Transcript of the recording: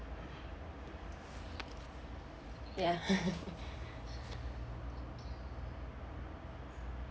ya